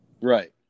Right